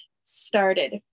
started